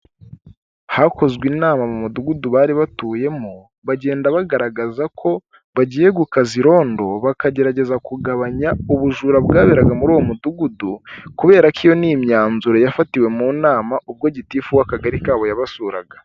Hakozwe inama mu mudugudu bari batuyemo, bagenda bagaragaza ko bagiye gukaza irondo, bakagerageza kugabanya ubujura bwaberaga muri uwo mudugudu, kubera ko iyo ni imyanzuro yafatiwe mu nama, ubwo gitifu w'akagari kabo yabasuraga.